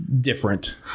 different